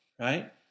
right